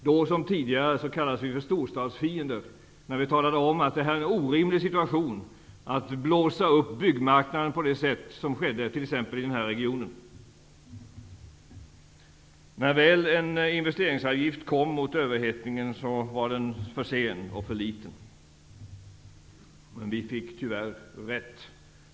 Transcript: Då som tidigare kallades vi för storstadsfiender, när vi talade om att det var en orimlig situation att så att säga blåsa upp byggmarknaden på det sätt som skedde t.ex. i denna region. När väl en investeringsavgift mot överhettningen infördes var den för sen och för liten. Men vi fick tyvärr rätt.